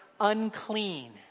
unclean